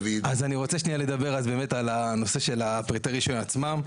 אני רוצה באמת לדבר על נושא פריטי הרישוי עצמם.